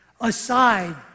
aside